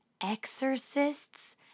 exorcists